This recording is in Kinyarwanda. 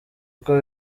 kuko